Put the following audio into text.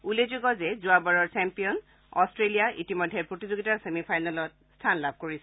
উল্লেখযোগ্য যে যোৱা বাৰৰ চেম্পিয়ন অষ্ট্ৰেলিয়া ইতিমধ্যে প্ৰতিযোগিতাৰ ছেমি ফাইনেলত স্থান লাভ কৰিছে